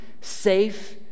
safe